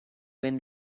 when